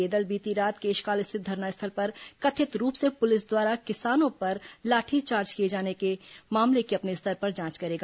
यह दल बीती रात केशकाल स्थित धरनास्थल पर कथित रूप से पुलिस द्वारा किसानों पर लाठीचार्ज किए जाने के मामले की अपने स्तर पर जांच करेगा